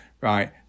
right